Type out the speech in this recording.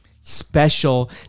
special